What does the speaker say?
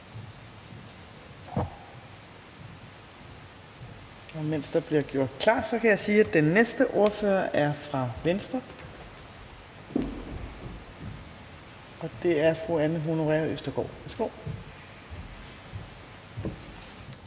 Mens der bliver gjort klar, kan jeg sige, at den næste ordfører er fra Venstre. Det er fru Anne Honoré Østergaard. Værsgo.